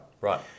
Right